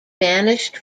banished